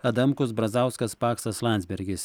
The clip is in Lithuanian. adamkus brazauskas paksas landsbergis